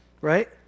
right